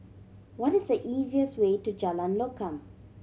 what is the easiest way to Jalan Lokam